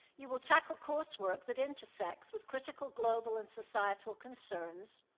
you will tackle coursework that intersects with critical global and societal concerns.